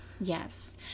Yes